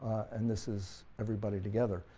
and this is everybody together,